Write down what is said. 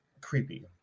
creepy